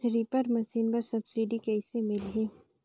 Reaper machine बर subsidy कइसे मिलही?